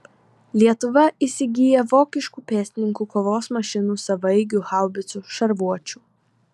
lietuva įsigyja vokiškų pėstininkų kovos mašinų savaeigių haubicų šarvuočių